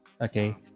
Okay